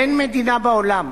אין מדינה בעולם.